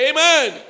Amen